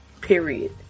period